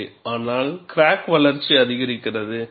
ஆனால் கிராக் வளர்ச்சி அதிகரிக்கிறது